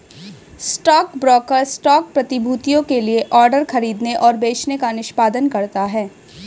stockbroker stock प्रतिभूतियों के लिए ऑर्डर खरीदने और बेचने का निष्पादन करता है